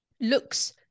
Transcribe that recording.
looks